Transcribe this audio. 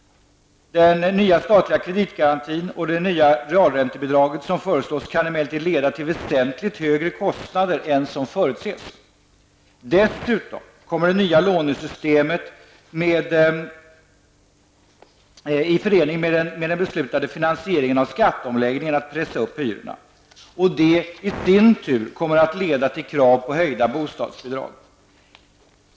Den nya statliga kreditgarantin och det nya realräntebidraget som föreslås kan emellertid leda till väsentligt högre kostnader än som förutses. Dessutom kommer det nya lånesystemet i förening med den beslutade finansieringen av skatteomläggningen att pressa upp hyrorna. Det i sin tur kommer att leda till krav på höjda bostadsbidrag.